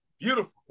Beautiful